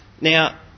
Now